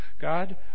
God